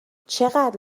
چقدر